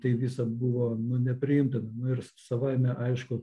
tai visad buvo nepriimtina nu ir savaime aišku